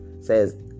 says